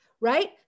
right